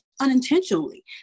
unintentionally